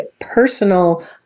personal